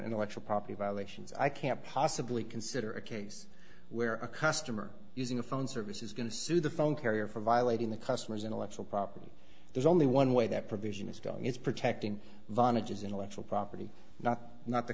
intellectual property violations i can't possibly consider a case where a customer using a phone service is going to sue the phone carrier for violating the customer's intellectual property there's only one way that provision is done it's protecting vantages intellectual property not not the